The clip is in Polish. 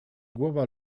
głowa